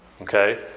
Okay